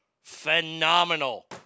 phenomenal